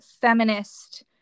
feminist